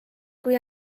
kui